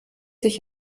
sich